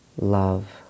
love